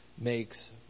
makes